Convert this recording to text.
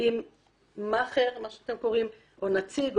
אם מאכער מה שאתם קוראים או נציג,